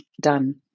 done